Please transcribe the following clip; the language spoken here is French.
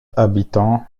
habitants